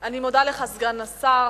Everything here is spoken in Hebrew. אני מודה לך, סגן השר.